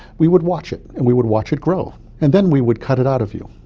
we would watch it and we would watch it grow, and then we would cut it out of you.